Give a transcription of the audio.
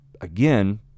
Again